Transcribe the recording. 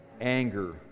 anger